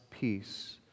peace